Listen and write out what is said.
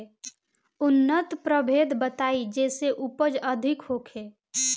उन्नत प्रभेद बताई जेसे उपज अधिक होखे?